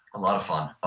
a lot of fun.